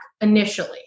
initially